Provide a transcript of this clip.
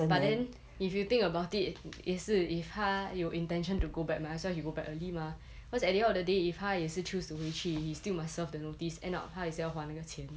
but then if you think about it 也是 if 她有 intention to go back might as well you go back early mah cause at the end of the day if 她也是 choose to 回去 he still must serve the notice end up 他还是要还那个钱